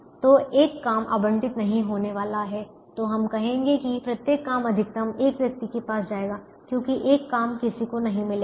तो एक काम आवंटित नहीं होने वाला है तो हम कहेंगे कि प्रत्येक काम अधिकतम एक व्यक्ति के पास जाएगा क्योंकि एक काम किसी को नहीं मिलेगा